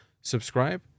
Subscribe